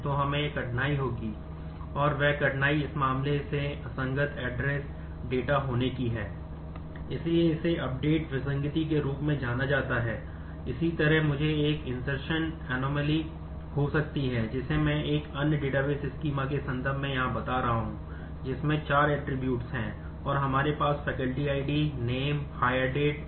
और हमारे पास faculty ID name the hire date और course name स्वाभाविक रूप से faculty ID दिया गया है